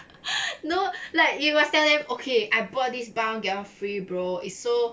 no like you must tell them okay I bought this buy one get one free bro it's so